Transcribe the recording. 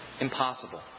impossible